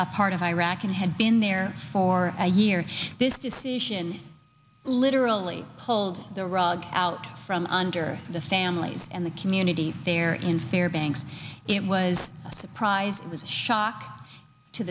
part of iraq and had been there for a year this decision literally pulled the rug out from under the families and the community there in fairbanks it was a surprise it was a shock to